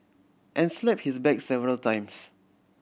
and slap his back several times